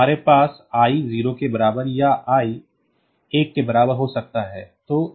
तो हमारे पास i 0 के बराबर या i 1 के बराबर हो सकता है